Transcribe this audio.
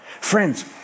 Friends